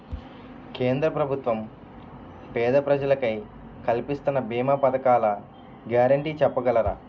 కేంద్ర ప్రభుత్వం పేద ప్రజలకై కలిపిస్తున్న భీమా పథకాల గ్యారంటీ చెప్పగలరా?